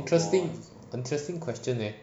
interesting interesting question eh